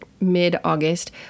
mid-August